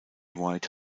white